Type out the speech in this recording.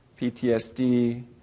PTSD